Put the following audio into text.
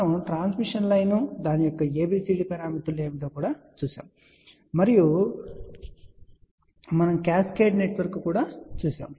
మనము transmission line దాని యొక్క ABCD పారామితులు ఏమిటో కూడా చూశాము మరియు తరువాత మనము క్యాస్కేడ్ నెట్వర్క్ కూడా చూశాము